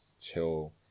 chill